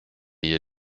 hier